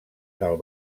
del